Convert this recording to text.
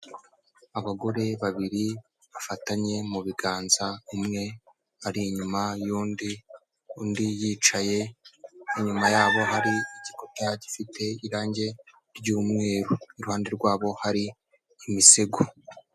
Abagore babiri bafatanye mu biganza, umwe ari inyuma y'undi, undi yicaye, inyuma yabo hari igikuta gifite irangi ry'umweru. Iruhande rwabo hari imisego.